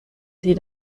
sie